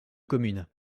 commune